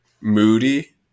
moody